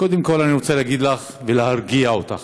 קודם כול, אני רוצה להגיד לך, ולהרגיע אותך: